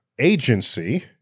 Agency